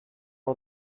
all